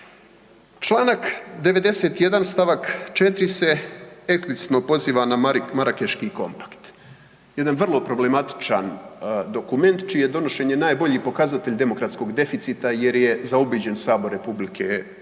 Čl. 94. st. 4. se eksplicitno pozivam na Marakeški kompakt, jedan vrlo problematičan dokument čije je donošenje najbolji pokazatelj demokratskog deficita jer je zaobiđen sabor RH, a